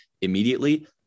Immediately